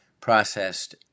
processed